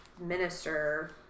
minister